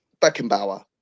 Beckenbauer